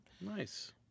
Nice